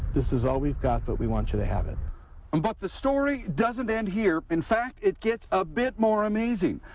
this is all we've got but we want you to have it. um but, the story doesn't end here. in fact, it gets a bit more amazing.